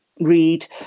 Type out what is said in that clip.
read